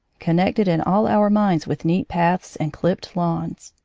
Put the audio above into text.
connected in all our minds with neat paths and clipped lawns.